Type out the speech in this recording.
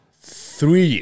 three